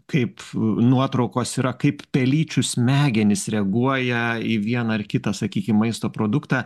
kaip nuotraukos yra kaip pelyčių smegenys reaguoja į vieną ar kitą sakykim maisto produktą